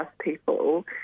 people